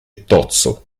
tozzo